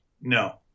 No